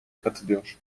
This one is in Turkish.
katılıyor